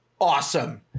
awesome